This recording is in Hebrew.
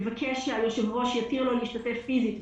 לבקש שהיושב-ראש יתיר לו להשתתף פיזית,